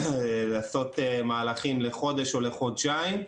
לעשות מהלכים לחודש או לחודשיים,